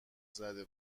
زده